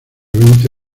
veinte